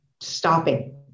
stopping